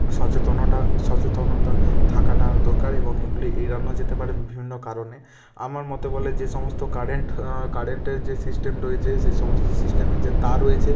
সচেতনটা সচেতনতা থাকাটা দরকার এবং এইগুলি এড়ানো যেতে পারে বিভিন্ন কারণে আমার মতে বলে যে সমস্ত কারেন্ট কারেন্টের যে সিস্টেম রয়েছে সে সমস্ত সিস্টেমে যে তার রয়েচে